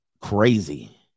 Crazy